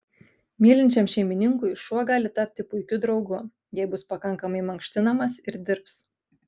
mylinčiam šeimininkui šuo gali tapti puikiu draugu jei bus pakankamai mankštinamas ir dirbs